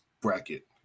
bracket